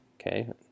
Okay